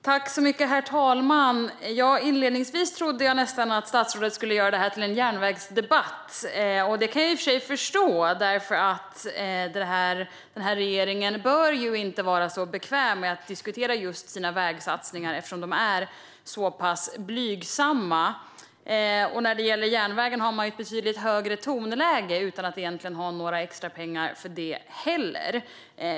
Herr talman! Inledningsvis trodde jag nästan att statsrådet skulle göra det här till en järnvägsdebatt. Det kan jag i och för sig förstå; den här regeringen torde inte vara så "bekväm" med att diskutera sina vägsatsningar, eftersom de är så pass blygsamma. När det gäller järnvägen har man ett betydligt högre tonläge, dock utan att egentligen ha några extra pengar för det heller.